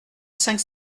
cinq